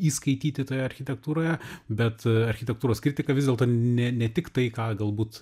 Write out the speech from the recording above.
įskaityti toje architektūroje bet architektūros kritika vis dėlto ne ne tik tai ką galbūt